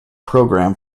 programme